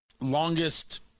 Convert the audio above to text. longest